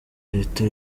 leta